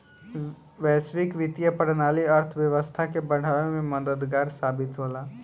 वैश्विक वित्तीय प्रणाली अर्थव्यवस्था के बढ़ावे में मददगार साबित होला